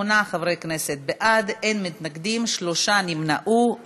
שמונה חברי כנסת בעד, אין מתנגדים, שלושה נמנעו.